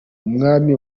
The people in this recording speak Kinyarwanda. umwami